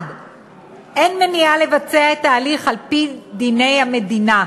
1. שאין מניעה לבצע את ההליך על-פי דיני המדינה,